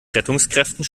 rettungskräften